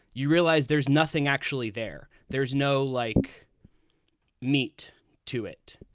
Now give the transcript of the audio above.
you realize there's nothing actually there. there's no like meat to it.